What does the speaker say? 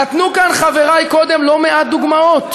נתנו כאן חברי, קודם, לא מעט דוגמאות: